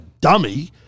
dummy